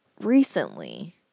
recently